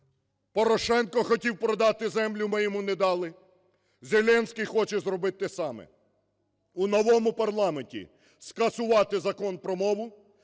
Порошенко хотів продати землю, ми йому не дали. Зеленський хоче зробить те саме: у новому парламенті скасувати Закон про мову,